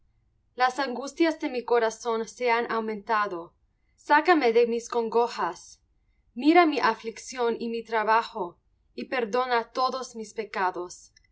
las angustias de mi corazón se han aumentado sácame de mis congojas mira mi aflicción y mi trabajo y perdona todos mis pecados